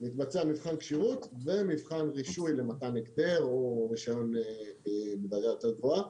מתבצע מבחן כשירות ומבחן רישוי למתן היתר או רישיון לדרגה יותר גבוהה.